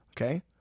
okay